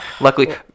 luckily